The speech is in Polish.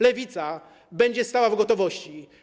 Lewica będzie stała w gotowości.